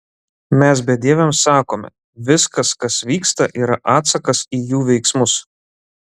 mes bedieviams sakome viskas kas vyksta yra atsakas į jų veiksmus